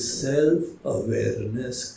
self-awareness